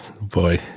boy